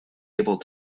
able